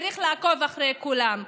צריך לעקוב אחרי כולם.